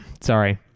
Sorry